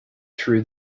through